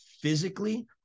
physically